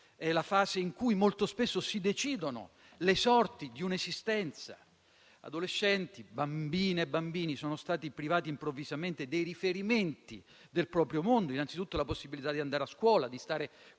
è quella in cui molto spesso si decidono le sorti di un'esistenza. Adolescenti, bambine e bambini sono stati privati improvvisamente dei riferimenti del proprio mondo, innanzitutto della possibilità di andare a scuola, di stare